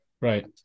right